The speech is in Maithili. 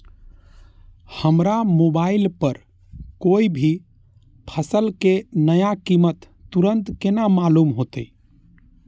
हमरा मोबाइल पर कोई भी फसल के नया कीमत तुरंत केना मालूम होते?